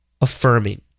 affirming